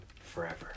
forever